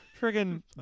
friggin